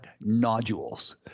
nodules